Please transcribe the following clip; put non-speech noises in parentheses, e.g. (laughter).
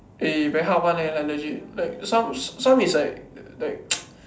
eh very hard one leh like legit like some some is like like (noise)